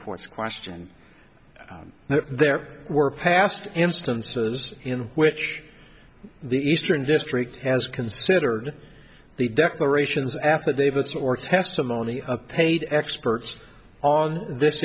court's question now there were past instances in which the eastern district has considered the declarations affidavits or testimony a paid experts on this